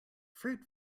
fruit